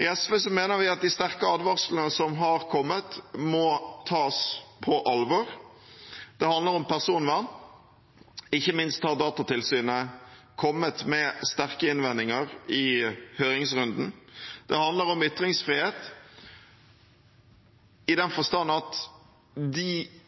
I SV mener vi at de sterke advarslene som har kommet, må tas på alvor. Det handler om personvern. Ikke minst har Datatilsynet kommet med sterke innvendinger i høringsrunden. Det handler om ytringsfrihet i den forstand at de